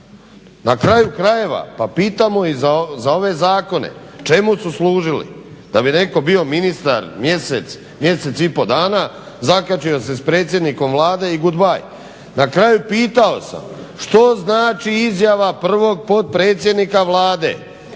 Na kraju krajeva pa pitamo i za ove zakone. Čemu su služili? Da bi netko bio ministar mjesec, mjesec i pol dana, zakačio se s predsjednikom Vlade i goodby. Na kraju pitao sam, što znači izjava prvog potpredsjednika Vlade,